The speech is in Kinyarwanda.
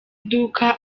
iduka